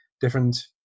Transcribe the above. different